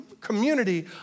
community